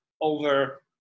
over